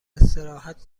استراحت